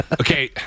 Okay